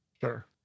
Sure